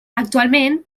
actualment